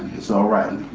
it's alright.